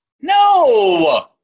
No